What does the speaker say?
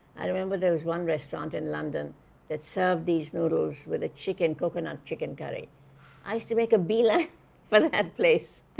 i remember there was one restaurant in london that served these noodles with a coconut chicken curry i used to make a beeline for that place!